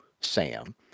Sam